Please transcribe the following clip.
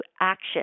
action